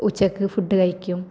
ഉച്ചയ്ക്ക് ഫുഡ് കഴിക്കും